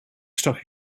stock